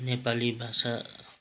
नेपाली भाषा